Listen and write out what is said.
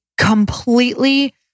completely